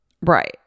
right